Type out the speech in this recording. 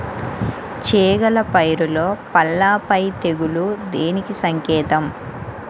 చేగల పైరులో పల్లాపై తెగులు దేనికి సంకేతం?